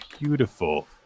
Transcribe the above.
beautiful